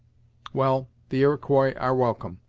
well, the iroquois are welcome.